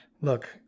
Look